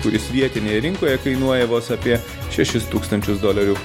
kuris vietinėje rinkoje kainuoja vos apie šešis tūkstančius dolerių